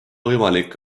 võimalik